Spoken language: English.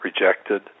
rejected